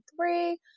three